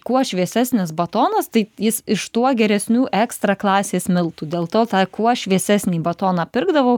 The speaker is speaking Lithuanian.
kuo šviesesnis batonas tai jis iš tuo geresnių ekstra klasės miltų dėl to tą kuo šviesesnį batoną pirkdavau